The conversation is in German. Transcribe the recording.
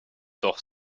doch